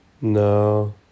No